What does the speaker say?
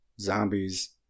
zombies